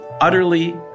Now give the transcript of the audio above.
utterly